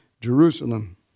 Jerusalem